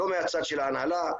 לא מהצד של ההנהלה,